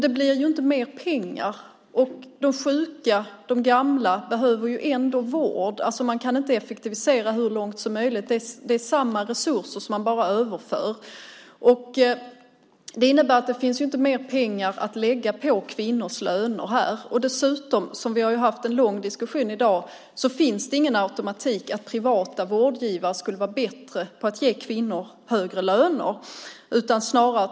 Det blir alltså inte mer pengar, men de sjuka och gamla behöver ändå vård. Man kan inte effektivisera hur långt som helst. Det är bara samma resurser som man överför. Detta innebär att det inte finns mer pengar att lägga på kvinnors löner. Dessutom har vi i dag haft en lång diskussion om att det inte finns någon automatik i att privata vårdgivare skulle vara bättre på att ge kvinnor högre löner.